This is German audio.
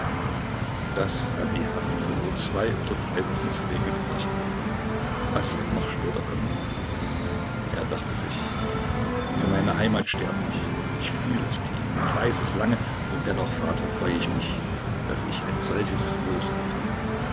das hat die haft von nur zwei oder drei wochen zuwege gebracht was wird noch später kommen er dachte sich für meine heimat sterbe ich ich fühl es tief ich weiß es lange und dennoch vater freu ich mich daß ich ein solches los empfange